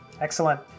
Excellent